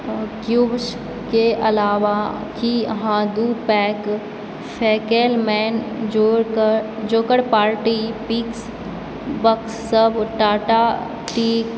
cubes के अलावा की अहाँ दू पैक फेकेलमैन जोड़ कऽ जोकर पार्टी पिक्स बॉक्स सब टाटा टी